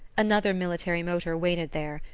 another military motor waited there,